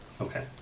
Okay